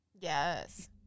Yes